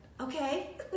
Okay